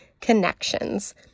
Connections